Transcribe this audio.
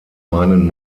meinen